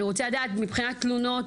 אני רוצה לדעת מבחינת תלונות,